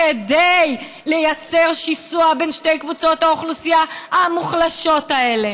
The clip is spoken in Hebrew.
כדי לייצר שיסוע בין שתי קבוצות האוכלוסייה המוחלשות האלה.